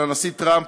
של הנשיא טראמפ,